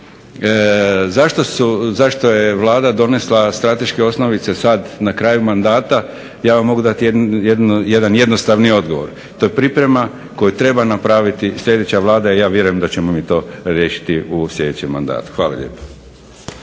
Zašto je Vlada donesla strateške osnovice sad na kraju mandata, ja vam mogu dati jedan jednostavni odgovor. To je priprema koju treba napraviti sljedeća Vlada i ja vjerujem da ćemo mi to riješiti u sljedećem mandatu. Hvala lijepo.